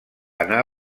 anar